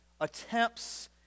Attempts